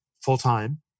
full-time